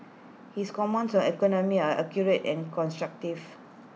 his comments on economy are accurate and constructive